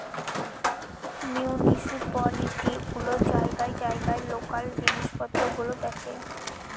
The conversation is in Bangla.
মিউনিসিপালিটি গুলো জায়গায় জায়গায় লোকাল জিনিস পত্র গুলো দেখে